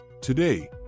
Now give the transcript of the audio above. Today